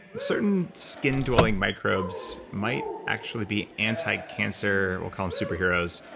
certain skin-dwelling microbes might actually be anti-cancer, we'll call them superheroes,